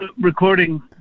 recording